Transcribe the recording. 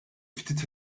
ftit